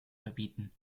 verbieten